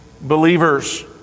believers